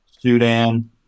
Sudan